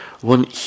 one